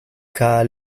cada